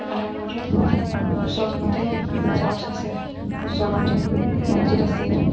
সাধাৰণতে ওচৰতে চাৰ্চ আছে ওচৰতে মছজিদ আছে